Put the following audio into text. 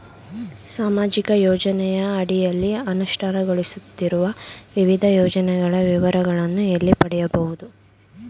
ಸಾಮಾಜಿಕ ಯೋಜನೆಯ ಅಡಿಯಲ್ಲಿ ಅನುಷ್ಠಾನಗೊಳಿಸುತ್ತಿರುವ ವಿವಿಧ ಯೋಜನೆಗಳ ವಿವರಗಳನ್ನು ಎಲ್ಲಿ ಪಡೆಯಬಹುದು?